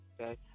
okay